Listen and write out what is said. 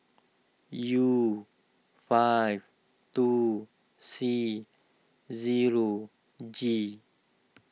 U five two C zero G